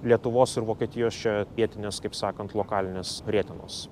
lietuvos ir vokietijos čia vietinės kaip sakant lokalinės rietenos